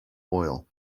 oil